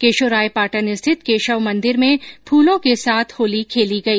केशोरायपाटन स्थित केशव मन्दिर में फूर्लो के साथ होली खेली गई